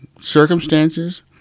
circumstances